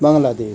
Bangladesh